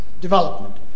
development